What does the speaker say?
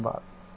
धन्यवाद